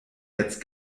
jetzt